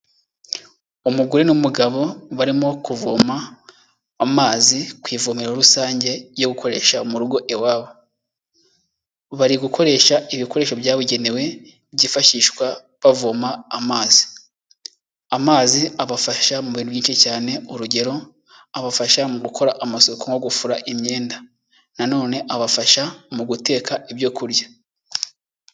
Umugore n'umugabo barimo kuvoma amazi ku ivomero rusange yo gukoresha mu rugo iwabo. Bari gukoresha ibikoresho byabugenewe byifashishwa bavoma amazi. Amazi abafasha mu bintu byinshi cyane, urugero abafasha mu gukora amasuku nko gufura imyenda. Nanone abafasha mu guteka ibyo kurya.